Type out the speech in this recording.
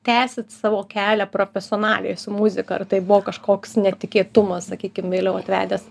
tęsit savo kelią profesionaliai su muzika ar tai buvo kažkoks netikėtumas sakykim vėliau atvedęs